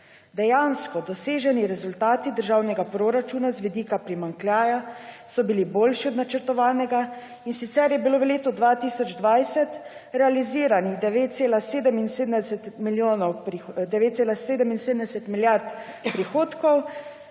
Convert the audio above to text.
Dejansko doseženi rezultati državnega proračuna z vidika primanjkljaja so bili boljši od načrtovanega, in sicer je bilo v letu 2020 realiziranih 9,77 milijard prihodkov,